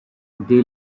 they